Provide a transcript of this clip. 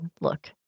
look